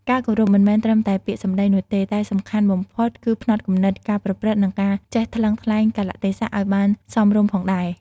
ការគោរពមិនមែនត្រឹមតែពាក្យសម្ដីនោះទេ តែសំខាន់បំផុតគឺផ្នត់គំនិត ការប្រព្រឹត្ត និងការចេះថ្លឹងថ្លែងកាលៈទេសៈឲ្យបានសមរម្យផងដែរ។